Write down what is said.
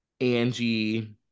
Angie